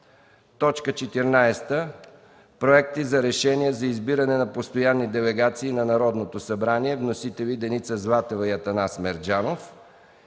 съвет. 14. Проекти за решения за избиране на постоянни делегации на Народното събрание. Вносители – Деница Златева и Атанас Мерджанов.